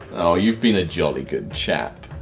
oh you've been a jolly good chap.